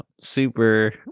super